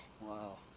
wow